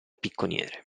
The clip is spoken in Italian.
picconiere